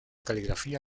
caligrafía